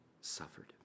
suffered